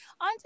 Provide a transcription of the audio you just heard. on